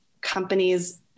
companies